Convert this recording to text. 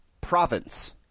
province